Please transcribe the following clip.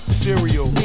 cereal